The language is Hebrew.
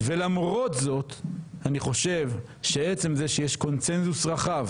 ולמרות זאת אני חושב שעצם זה שיש קונצנזוס רחב